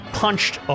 punched